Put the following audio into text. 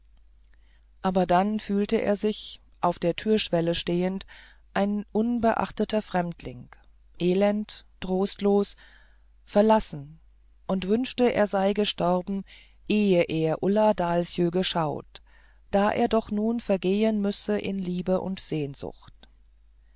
aber dann fühlte er sich auf der türschwelle stehend ein unbeachteter fremdling elend trostlos verlassen und wünschte er sei gestorben ehe er ulla dahlsjö geschaut da er doch nun vergehen müsse in liebe und sehnsucht